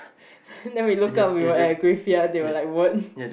then we look up we were at graveyard they were like what